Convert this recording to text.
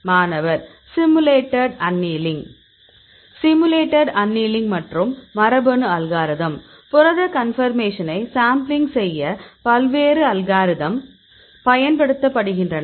மாணவர் simulated annealing simulated annealing மற்றும் மரபணு அல்காரிதம் புரத கன்பர்மேஷன்னை சாம்பிளிங் செய்ய பல்வேறு அல்காரிதம் பயன்படுத்தப்படுகின்றன